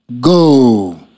Go